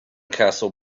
castle